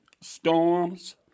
storms